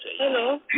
Hello